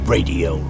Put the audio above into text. Radio